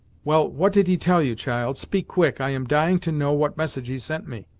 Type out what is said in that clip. well, what did he tell you, child? speak quick i am dying to know what message he sent me.